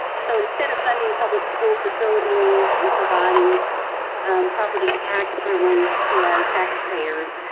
so, instead of funding public school facility needs and providing property tax relief to our taxpayers,